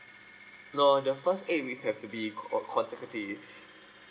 no the first eight weeks have to be co~ uh conservative